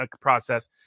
process